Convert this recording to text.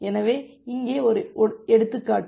எனவே இங்கே ஒரு எடுத்துக்காட்டு